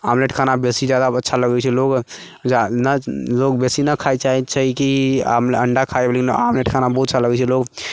फिर भी लोग आमलेट खाना जादा बेसी अच्छा लगै छै लोग जादा ने लोग बेसी नहि खाइ चाहै छै ई कि आम अण्डा खाइ आमलेट खाना बोझ सा लगै छै लोग